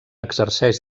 exerceix